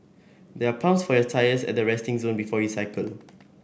there are pumps for your tyres at the resting zone before you cycle